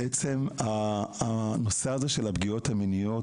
בעצם הנושא הזה של הפגיעות המיניות,